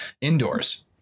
indoors